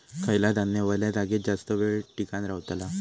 खयला धान्य वल्या जागेत जास्त येळ टिकान रवतला?